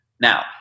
Now